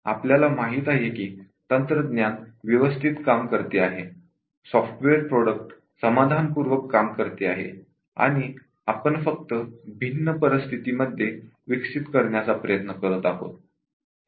आपल्याला माहित आहे की टेकनॉलॉजि व्यवस्थित कार्य करते आहे सॉफ्टवेअर प्रॉडक्ट समाधानपूर्वक कार्य करते आहे आणि आपण फक्त भिन्न परिस्थितींमध्ये विकसित करण्याचा प्रयत्न करीत आहोत